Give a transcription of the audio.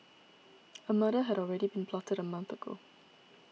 a murder had already been plotted a month ago